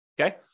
okay